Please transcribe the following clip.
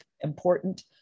important